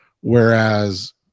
Whereas